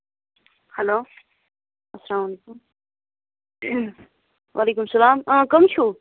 hello اَسلامُ علیکُم وعلیکُم سلام آ کٕم چھِو